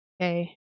Okay